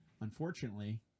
unfortunately